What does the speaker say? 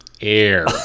air